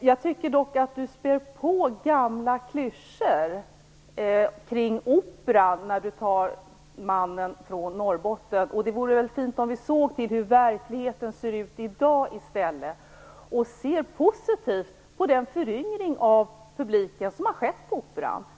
Jag tycker dock att Charlotta L Bjälkebring spär på gamla klyschor kring Operan när hon tar mannen från Norrbotten som exempel. Det vore väl fint om vi såg till hur verkligheten ser ut i dag i stället. Vi borde se positivt på den föryngring av publiken som ha skett på Operan.